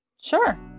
Sure